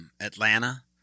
Atlanta